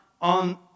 on